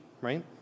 right